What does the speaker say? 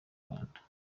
rwanda